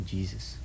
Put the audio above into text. Jesus